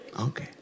Okay